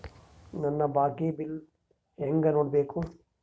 ನನ್ನ ಬಾಕಿ ಬಿಲ್ ಹೆಂಗ ನೋಡ್ಬೇಕು?